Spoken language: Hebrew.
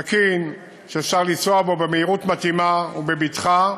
תקין, שאפשר לנסוע בו במהירות מתאימה ובבטחה,